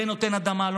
זה נותן אדמה,